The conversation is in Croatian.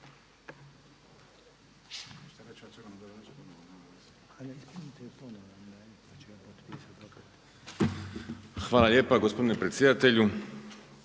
Hvala lijepa gospodine predsjedatelju.